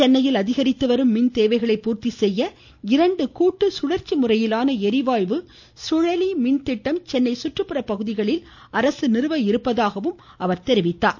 சென்னையில் அதிகரித்து வரும் மின் தேவைகளை பூர்த்தி செய்ய இரண்டு கூட்டு சுழற்சி முறையிலான ளிவாயு சுழலி மின் திட்டம் சென்னை சுற்றுப்புற பகுதியில் அரசு நிறுவ உள்ளதாகவும் அவர் கூறினார்